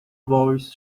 voice